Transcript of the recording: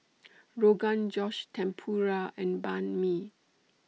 Rogan Josh Tempura and Banh MI